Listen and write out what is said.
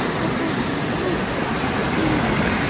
the house was roused by his screams.